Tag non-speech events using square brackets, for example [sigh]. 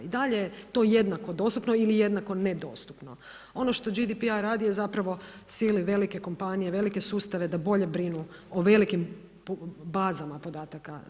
Da li je to jednako dostupno ili jednako nedostupno, ono što … [unintelligible] radi je zapravo, sili velike kompanije, velike sustave da bolje brinu o velikim bazama podataka.